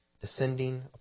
descending